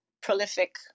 prolific